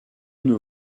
nos